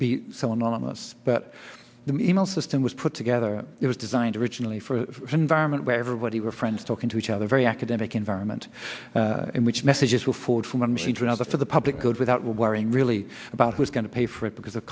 be so anonymous but the e mail system was put together it was designed originally for an environment where everybody were friends talking to each other very academic environment in which messages were forged from one machine to another for the public good without worrying really about who's going to pay for it because